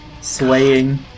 swaying